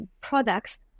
products